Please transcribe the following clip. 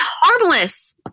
harmless